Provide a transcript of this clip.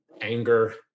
anger